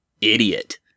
idiot